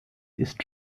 ist